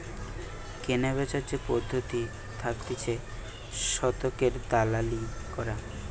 কেনাবেচার যে পদ্ধতি থাকতিছে শতকের দালালি করা